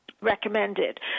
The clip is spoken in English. recommended